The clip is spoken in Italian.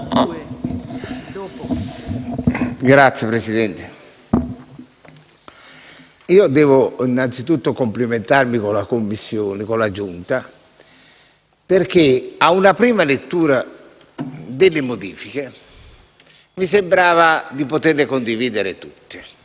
Signora Presidente, io devo innanzitutto complimentarmi con la Giunta per il Regolamento, perché a una prima lettura delle modifiche mi sembrava di poterle condividere tutte.